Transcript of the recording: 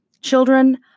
Children